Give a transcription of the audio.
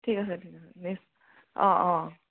ঠিক আছে তেনেহ'লে নি অঁ অঁ